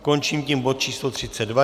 Končím tím bod číslo 32.